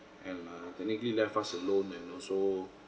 and err technically left us alone and also